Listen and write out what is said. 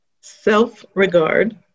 self-regard